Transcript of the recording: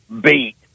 beat